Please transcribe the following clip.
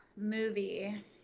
Movie